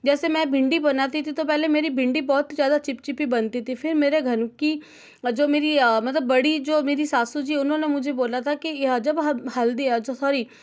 जैसे मैं भिंडी बनती थी तो पहले मेरी भिंडी बहुत ज़्यादा चिपचिपी बनती थी फिर मेरे घर की और जो मेरी मतलब बड़ी जो मेरी सासू जी उन्होंने मुझे बोला था कि जब हल्दी अच्छा सॉरी